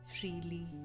freely